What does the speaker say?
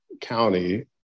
County